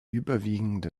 überwiegende